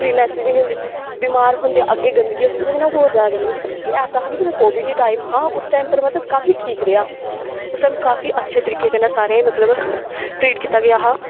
cleanness बी नेईं होंदी बिमार होंदे अग्गें गंदगी होंदी ओह्दे कन्नै होर ज्यादा गंदगी होंदी बट इक ऐसा हा जिसलै कोविड टाइम हा उस टाइम पर मतलब काफी ठीक रेहा उस टाइम काफी अच्छे तरीके कन्नै सारे मतलब ट्रीट कीता गेआ हा